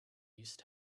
used